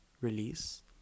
release